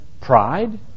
pride